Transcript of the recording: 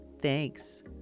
Thanks